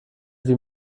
wie